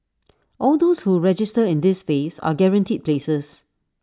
all those who register in this phase are guaranteed places